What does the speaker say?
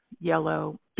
yellow